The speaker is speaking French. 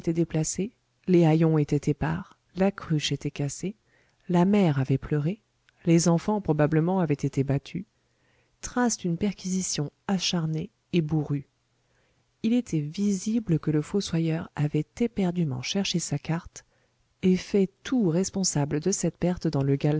déplacés les haillons étaient épars la cruche était cassée la mère avait pleuré les enfants probablement avaient été battus traces d'une perquisition acharnée et bourrue il était visible que le fossoyeur avait éperdument cherché sa carte et fait tout responsable de cette perte dans le